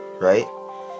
right